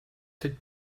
cette